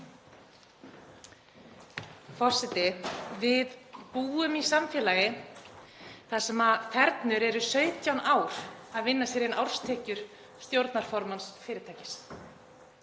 Forseti. Við búum í samfélagi þar sem þernur eru 17 ár að vinna sér inn árstekjur stjórnarformanns fyrirtækis.